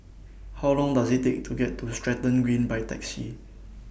How Long Does IT Take to get to Stratton Green By Taxi